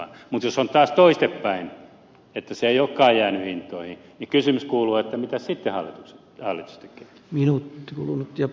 mutta jos on taas toistepäin että se ei olekaan jäänyt hintoihin niin kysymys kuuluu että mitä sitten hallitus tekee